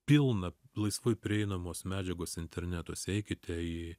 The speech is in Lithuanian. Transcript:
pilna laisvai prieinamos medžiagos internetose eikite į